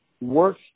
work